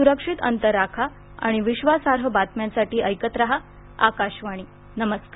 सुरक्षित अंतर राखा आणि विश्वासार्ह बातम्यांसाठी ऐकत राहा आकाशवाणी नमस्कार